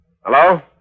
Hello